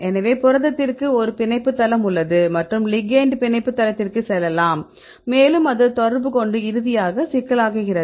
எனவே புரதத்திற்கு ஒரு பிணைப்பு தளம் உள்ளது மற்றும் லிகெெண்ட் பிணைப்பு தளத்திற்கு செல்லலாம் மேலும் அது தொடர்புகொண்டு இறுதியாக சிக்கலாக்குகிறது